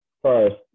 First